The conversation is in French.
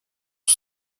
aux